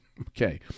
Okay